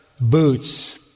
boots